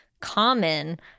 common